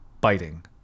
biting